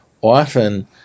often